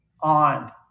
on